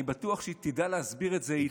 אני בטוח שהיא תדע להסביר את זה היטב,